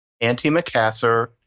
anti-macassar